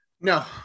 No